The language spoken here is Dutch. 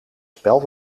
spel